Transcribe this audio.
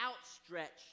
outstretched